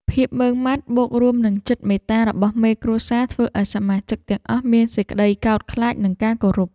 ភាពម៉ឺងម៉ាត់បូករួមនឹងចិត្តមេត្តារបស់មេគ្រួសារធ្វើឱ្យសមាជិកទាំងអស់មានសេចក្តីកោតខ្លាច និងការគោរព។